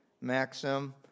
maxim